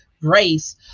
race